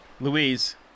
Louise